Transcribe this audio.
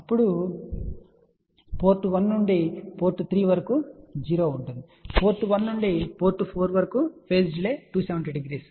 అప్పుడు పోర్ట్ 1 నుండి పోర్ట్ 3 వరకు 0 ఉంటుంది పోర్ట్ 1 నుండి పోర్ట్ 4 వరకు పేజ్ డిలే మైనస్ 270 డిగ్రీ సరే